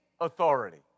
authority